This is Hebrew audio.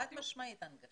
חד משמעית הנגשה.